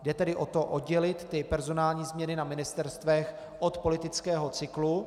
Jde tedy o to oddělit personální změny na ministerstvech od politického cyklu.